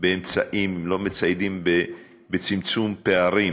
אם לא מציידים באמצעים לצמצום פערים